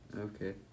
Okay